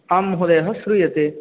आं महोदयः श्रूयते